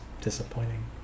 disappointing